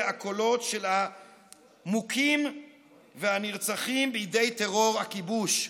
הקולות של המוכים והנרצחים בידי טרור הכיבוש.